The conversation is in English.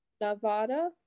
Nevada